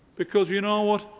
because you know what?